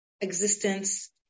existence